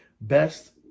best